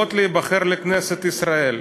עלולות להיבחר לכנסת ישראל.